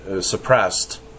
suppressed